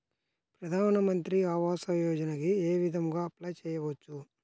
ప్రధాన మంత్రి ఆవాసయోజనకి ఏ విధంగా అప్లే చెయ్యవచ్చు?